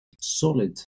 solid